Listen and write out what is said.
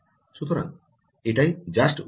সুতরাং এটাই just works